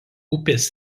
upės